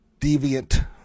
deviant